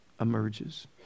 emerges